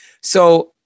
So-